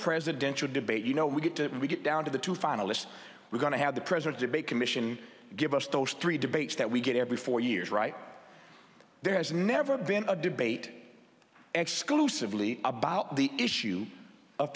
presidential debate you know we get to and we get down to the two finalists we're going to have the president debate commission give us those three debates that we get every four years right there has never been a debate exclusively about the issue of